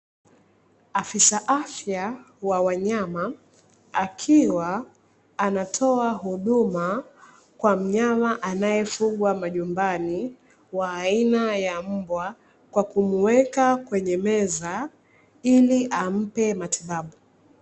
Afisa afya wa wanyama akiwa anatoa huduma kwa mnyama anayefugwa majumbani wa aina ya mbwa, kwa kumuweka kwenye meza ili ampe matibabu.